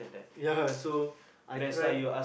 ya so I try